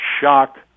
shock